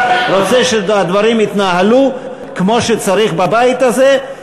רוצה שהדברים יתנהלו כמו שצריך בבית הזה.